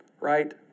right